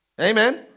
Amen